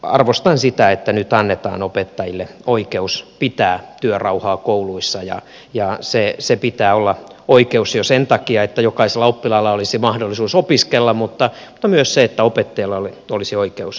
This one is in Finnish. arvostan sitä että nyt annetaan opettajille oikeus pitää työrauhaa kouluissa ja sen pitää olla oi keus jo sen takia että jokaisella oppilaalla olisi mahdollisuus opiskella mutta myös sen takia että opettajilla olisi oikeus opettaa